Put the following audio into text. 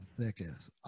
thickest